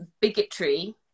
bigotry